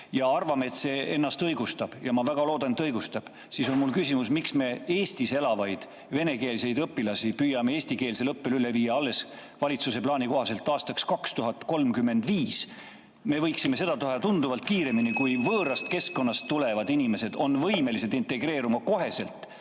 ja arvame, et see ennast õigustab. Ma väga loodan, et õigustab. Seetõttu on mul küsimus, miks me Eestis elavaid venekeelseid õpilasi püüame eestikeelsele õppele üle viia valitsuse plaani kohaselt alles aastaks 2035. Me võiksime seda teha tunduvalt kiiremini. (Juhataja helistab kella.) Kui võõrast keskkonnast tulevad inimesed on võimelised integreeruma kohe,